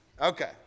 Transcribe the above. Okay